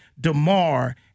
DeMar